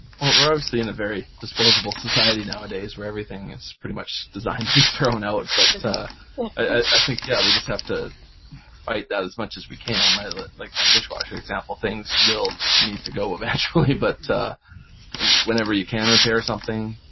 well we're obviously in a very disposable society nowadays where everything is pretty much designed to be thrown out but i think yeah we just have to fight that as much as we can like like my dishwasher example. things will need to go eventually but whenever you can repair something,